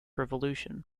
revolution